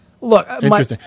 Look